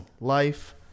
life